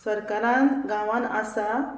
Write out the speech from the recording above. सरकारान गांवान आसा